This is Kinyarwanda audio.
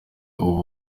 ubu